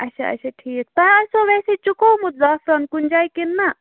اَچھا اَچھا ٹھیٖک تۄہہِ آسِوٕ ویسے چُکومُتھ زعفران کُنہِ جایہِ کِنہٕ نہَ